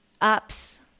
ups